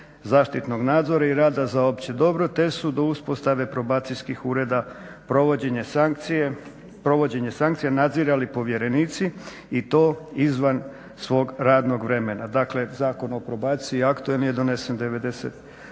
zaštitnog nadzora i rada za opće dobro te su do uspostave probacijskih ureda, provođenje sankcija nadzirali povjerenici i to izvan svog radnog vremena. Dakle Zakon o probaciji … je donesen,